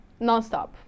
nonstop